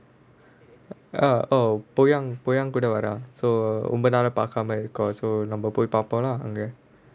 uh oh Priyang Priyang கூட வரேன் :priyang priyang kooda varaen so ரொம்ப நாளா பார்க்காம இருக்க:romba naala paarkaama irukka so நம்ம போய் பார்ப்போமா அங்க:namma poi paarppomaa anga